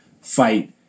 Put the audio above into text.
fight